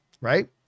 Right